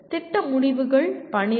திட்ட முடிவுகள் 12